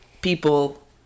people